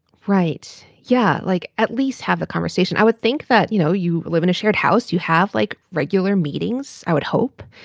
right? yeah. like, at least have a conversation. i would think that, you know, you live in a shared house. you have like regular meetings. i would hope.